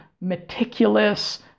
meticulous